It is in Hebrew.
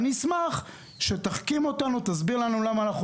אני אשמח שתחכים אותנו תסביר לנו למה אנחנו